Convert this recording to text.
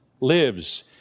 lives